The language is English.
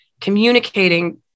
communicating